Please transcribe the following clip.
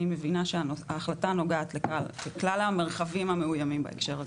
אני מבינה שההחלטה נוגעת לכלל המרחבים המאוימים בהקשר הזה.